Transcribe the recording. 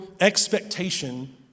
expectation